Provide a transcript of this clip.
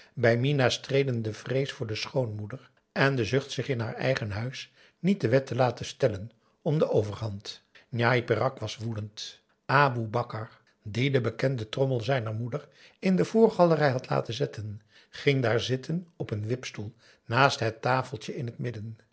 bij minah streden de vrees voor de schoonmoeder en de zucht zich in haar eigen huis niet de wet te laten stellen om de overhand njai peraq was woedend aboe bakar die de bekende trommel zijner moeder in de voorgalerij had laten zetten ging daar zitten op een wipstoel naast het tafeltje in het midden